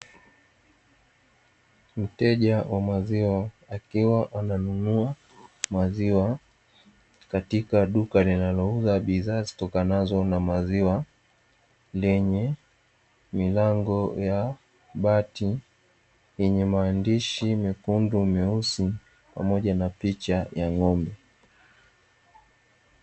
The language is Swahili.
Mteja wa maziwa akiwa ananunua maziwa Katika duka linalouza bidhaa zitokanazo na maziwa, lenye Milango ya bati yenye maandishi mekundu na meusi pamoja na picha ya ng'ombe.